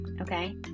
okay